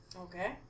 Okay